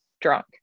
drunk